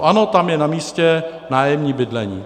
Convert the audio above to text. Ano, tam je namístě nájemní bydlení.